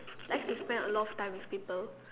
I could spend a lot of time with people